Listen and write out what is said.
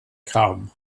kam